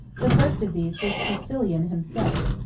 the first of these was priscillian himself,